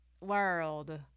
world